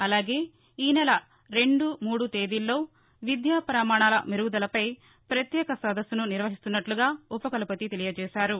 అలాగే వచ్చేనెల రెండు మూడు తేదీల్లో విద్యా ప్రమాణాల మెరుగుదల పై ప్రపత్యేక సదస్సును నిర్వహిస్తున్నట్టుగా ఉపకులపతి తెలియజేశారు